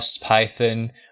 Python